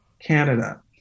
Canada